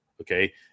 okay